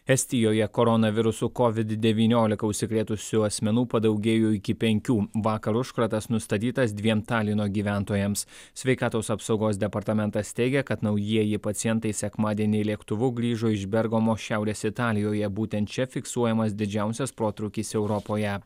estijoje corona virusu covid devyniolika užsikrėtusių asmenų padaugėjo iki penkių vakaro užkratas nustatytas dviem talino gyventojams sveikatos apsaugos departamentas teigia kad naujieji pacientai sekmadienį lėktuvu grįžo iš bergamo šiaurės italijoje būtent čia fiksuojamas didžiausias protrūkis europoje